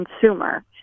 consumer